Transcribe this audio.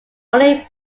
only